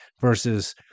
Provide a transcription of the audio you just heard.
versus